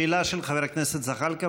שאלה של חבר הכנסת זחאלקה.